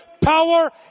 power